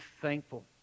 thankful